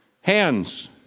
Hands